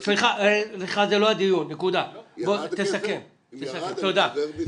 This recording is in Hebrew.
אם התקציב ירד אז אני חוזר בי.